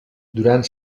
durant